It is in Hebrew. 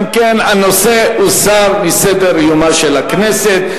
אם כן, הנושא הוסר מסדר-יומה של הכנסת.